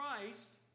Christ